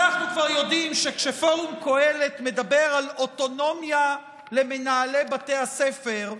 אנחנו כבר יודעים שכשפורום קהלת מדבר על אוטונומיה למנהלי בתי הספר,